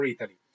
Italy